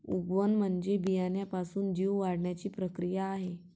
उगवण म्हणजे बियाण्यापासून जीव वाढण्याची प्रक्रिया आहे